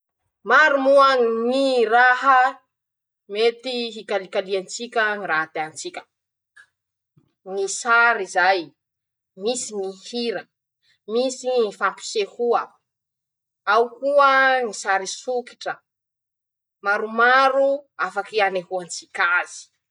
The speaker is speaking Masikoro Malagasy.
Maro moa ñyy raha mety hikalikaly antsika ñy raha tiatsika: - ñy sary zay, misy hira, misy ñy fampisehoa, ao koa ñy sary sokitra, maromaro afaky anehoatsika azy.